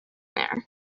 there